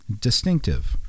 Distinctive